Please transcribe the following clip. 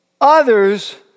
others